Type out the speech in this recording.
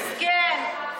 מסכן.